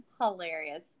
hilarious